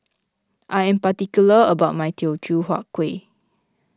I am particular about my Teochew Huat Kuih